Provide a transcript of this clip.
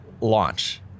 launch